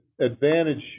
advantage